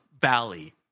Valley